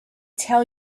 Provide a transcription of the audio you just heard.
tell